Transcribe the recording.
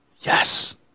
Yes